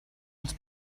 els